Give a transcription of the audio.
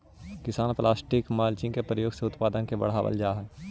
किसान plastic mulching के प्रयोग से उत्पादक के बढ़ावल जा हई